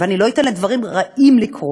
ואני לא אתן לדברים רעים לקרות,